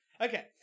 Okay